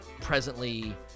presently